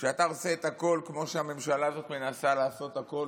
כשאתה עושה הכול כמו שהממשלה הזאת מנסה לעשות הכול,